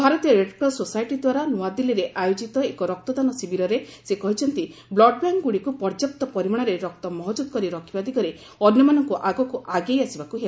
ଭାରତୀୟ red cross society ଦ୍ୱାରା ନୂଆଦିଲ୍ଲୀରେ ଆୟୋଜିତ ଏକ ରକ୍ତଦାନ ଶିବିରରେ ସେ କହିଛନ୍ତି ବ୍ଲଡ୍ବ୍ୟାଙ୍କ୍ଗୁଡ଼ିକୁ ପର୍ଯ୍ୟାପ୍ତ ପରିମାଣରେ ରକ୍ତ ମହକୁଦ କରି ରଖିବା ଦିଗରେ ଅନ୍ୟମାନଙ୍କୁ ଆଗକୁ ଆଗେଇ ଆସିବାକୁ ହେବ